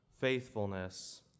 faithfulness